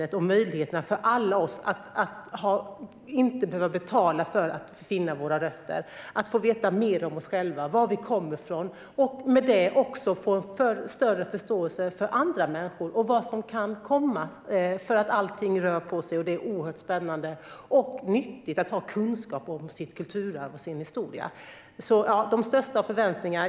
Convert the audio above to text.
Det handlar om möjligheterna för oss alla att inte behöva betala för att finna våra rötter och att få veta mer om oss själva och varifrån vi kommer. I och med det får vi också större förståelse för andra människor och för vad som kan komma för att allting rör på sig. Det är oerhört spännande och nyttigt att ha kunskap om sitt kulturarv och sin historia. Så ja, jag har de största förväntningar.